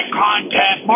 content